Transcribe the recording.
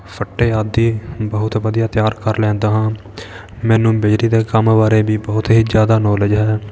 ਫੱਟੇ ਆਦਿ ਬਹੁਤ ਵਧੀਆ ਤਿਆਰ ਕਰ ਲੈਂਦਾ ਹਾਂ ਮੈਨੂੰ ਬਿਜਲੀ ਦੇ ਕੰਮ ਬਾਰੇ ਵੀ ਬਹੁਤ ਹੀ ਜ਼ਿਆਦਾ ਨੌਲੇਜ ਹੈ